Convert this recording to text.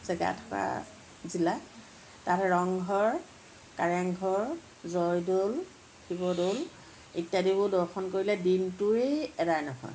জেগা থকা জিলা তাত ৰংঘৰ কাৰেংঘৰ জয়দৌল শিৱদৌল ইত্যাদিবোৰ দৰ্শন কৰিলে দিনটোৱে এদায় নহয়